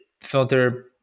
filter